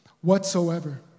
whatsoever